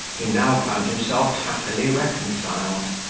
he now found himself happily reconciled.